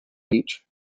beach